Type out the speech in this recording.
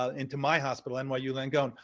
ah into my hospital n y u. langone,